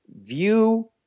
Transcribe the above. View